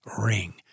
Ring